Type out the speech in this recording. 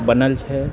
बनल छै